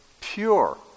pure